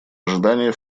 ожидания